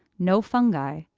no fungi,